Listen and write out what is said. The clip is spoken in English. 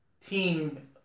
Team